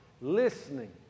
listening